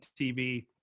TV